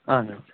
اَہَن حظ